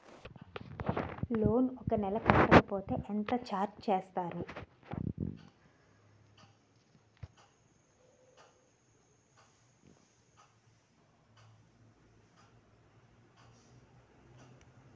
Loan ఒక నెల కట్టకపోతే ఎంత ఛార్జ్ చేస్తారు?